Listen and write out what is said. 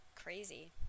crazy